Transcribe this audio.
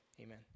Amen